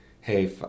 hey